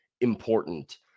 important